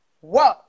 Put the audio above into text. whoa